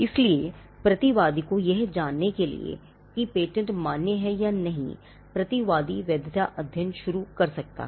इसलिए प्रतिवादी को यह जानने के लिए कि पेटेंट मान्य है या नहीं प्रतिवादी वैधता अध्ययन शुरू कर सकता है